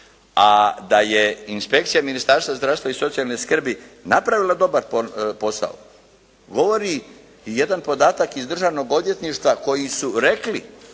a da je inspekcija Ministarstva zdravstva i socijalne skrbi napravila dobar posao govori jedan podatak iz Državnog odvjetništva koji su rekli